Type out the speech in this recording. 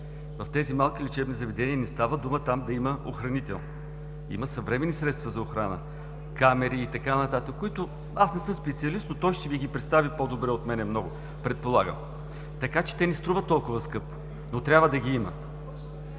В тези малки лечебни заведения не става дума там да има охранител. Има съвременни средства за охрана – камери и така нататък, аз не съм специалист, но той ще Ви ги представи по-добре от мен, предполагам. Така че те не струват толкова скъпо, но трябва да ги има.